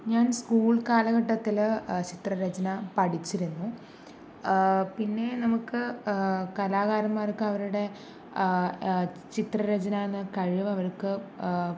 ഞാൻ സ്കൂൾ കാലഘട്ടത്തിൽ ചിത്രരചന പഠിച്ചിരുന്നു പിന്നെ നമുക്ക് കലാകാരന്മാർക്ക് അവരുടെ ചിത്രരചന എന്ന കഴിവ് അവർക്ക്